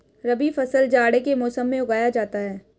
रबी फसल जाड़े के मौसम में उगाया जाता है